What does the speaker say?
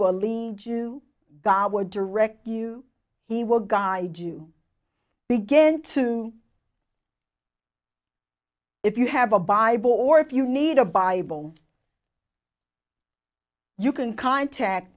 will eat you god were direct you he will guide you begin to if you have a bible or if you need a bible you can contact